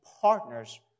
partners